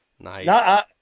Nice